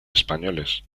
españoles